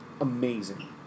amazing